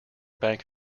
bank